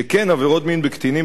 שכן עבירות מין בקטינים,